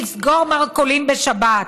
לסגור מרכולים בשבת,